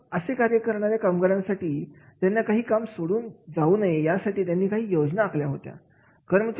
मग असे कार्य करणाऱ्या कामगारांसाठी त्यांनी हे काम सोडून जाऊ नये यासाठी त्यांनी काही योजना आखल्या होत्या